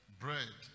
bread